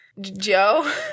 Joe